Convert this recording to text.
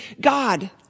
God